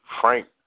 frank